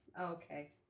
Okay